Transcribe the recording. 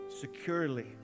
securely